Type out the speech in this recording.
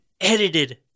edited